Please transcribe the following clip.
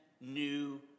new